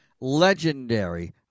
legendary